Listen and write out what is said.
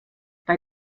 bei